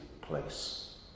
place